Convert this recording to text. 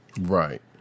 Right